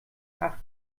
acht